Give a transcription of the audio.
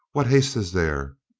what haste is there?